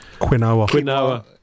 Quinoa